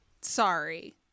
sorry